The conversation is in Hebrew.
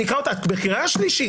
את בקריאה שלישית.